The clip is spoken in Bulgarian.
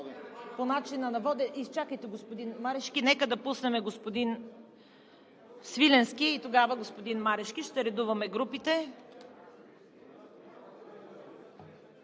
ЦВЕТА КАРАЯНЧЕВА: Изчакайте, господин Марешки. Нека да пуснем господин Свиленски и тогава господин Марешки. Ще редуваме групите.